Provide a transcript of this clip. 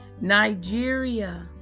Nigeria